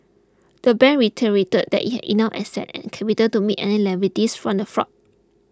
the bank reiterated that it had enough assets and capital to meet any liabilities from the fraud